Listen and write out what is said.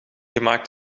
gemaakt